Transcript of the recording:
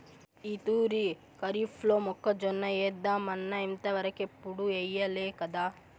ఈ తూరి కరీఫ్లో మొక్కజొన్న ఏద్దామన్నా ఇంతవరకెప్పుడూ ఎయ్యలేకదా